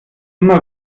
immer